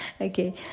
Okay